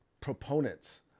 proponents